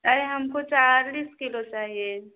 अरे हमको चालीस किलो चाहिए